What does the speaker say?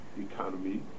economy